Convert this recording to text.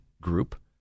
Group